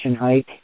hike